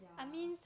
ya